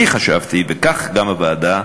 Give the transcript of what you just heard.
אני חשבתי, וכך גם הוועדה,